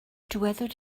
dywedodd